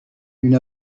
une